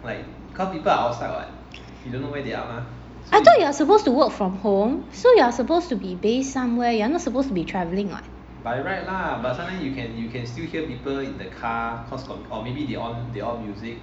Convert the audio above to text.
I thought you're supposed to work from home so you're not supposed to be travelling what